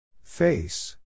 Face